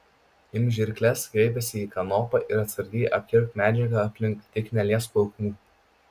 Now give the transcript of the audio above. imk žirkles kreipėsi į kanopą ir atsargiai apkirpk medžiagą aplink tik neliesk plaukų